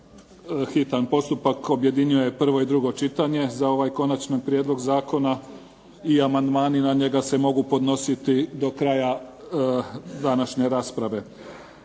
hitan postupak objedinjuje prvo i drugo čitanje za ovaj konačan prijedlog zakona i amandmani na njega se mogu podnositi do kraja današnje rasprave.